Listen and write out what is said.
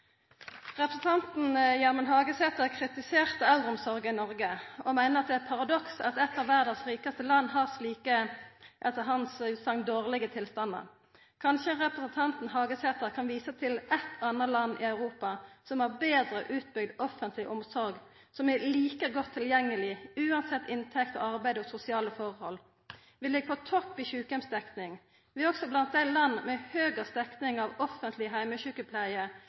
Representanten Gjermund Hagesæter kritiserte eldreomsorga i Noreg og meiner det er eit paradoks at eit av verdas rikaste land har slike – etter utsegna hans – dårlege tilstandar. Kanskje representanten Hagesæter kan visa til eit anna land i Europa som har betre utbygd offentleg omsorg, og som er like godt tilgjengeleg uansett inntekt, arbeid og sosiale forhold? Vi ligg på topp i sjukeheimsdekning. Vi er også blant dei landa med høgast dekning av offentleg heimesjukepleie